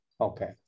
Okay